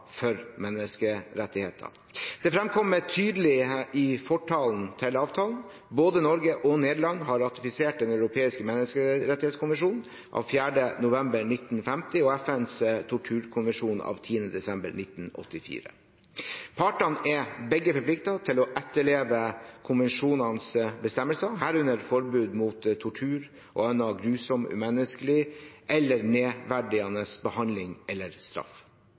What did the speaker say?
for menneskerettigheter. Dette fremkommer tydelig i fortalen til avtalen. Både Norge og Nederland har ratifisert Den europeiske menneskerettskonvensjon av 4. november 1950 og FNs torturkonvensjon av 10. desember 1984. Partene er begge forpliktet til å etterleve konvensjonenes bestemmelser, herunder forbudet mot tortur og annen grusom, umenneskelig eller nedverdigende behandling eller straff.